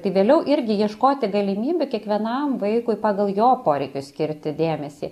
tai vėliau irgi ieškoti galimybių kiekvienam vaikui pagal jo poreikius skirti dėmesį